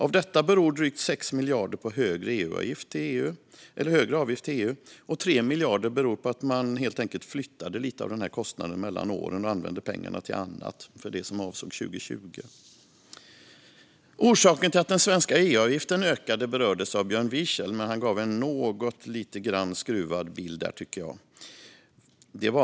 Av detta beror drygt 6 miljarder på högre avgift till EU, och 3 miljarder beror på att man helt enkelt flyttade lite av kostnaden mellan åren och använde pengarna till annat för det som avsåg 2020. Orsaken till att den svenska EU-avgiften ökade berördes av Björn Wiechel. Men han gav en något skruvad bild där, tycker jag.